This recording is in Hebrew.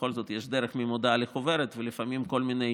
בכל זאת יש דרך ממודעה לחוברת, ולפעמים כל מיני